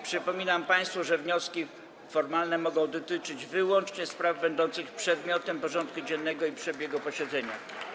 Przypominam państwu, że wnioski formalne mogą dotyczyć wyłącznie spraw będących przedmiotem porządku dziennego i przebiegu posiedzenia.